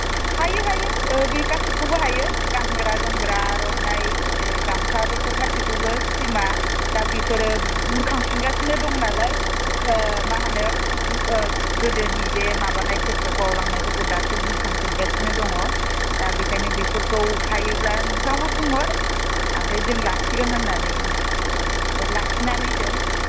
हायो हायो बे गासैखौबो हायो गानग्रा जोमग्रा आर'नाइ गामसा बेफोर गासैखौबो सिमा दा बेफोरो बुरखांफिनगासिनो दं नालाय मा होनो गोदोनि बे माबानायफोरखौ बावलांनायफोरखौ दासो बुरखांफिनगासिनो दङ दा बेखायनो बेफोरखौ हायोब्ला नोंथांआबो बुंहर ओमफ्राय जों लाखिगोन होननानै ओमफाय लाखिनानै दोन